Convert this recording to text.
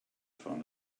fan